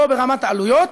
לא ברמת העלויות,